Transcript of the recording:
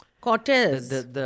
Cortez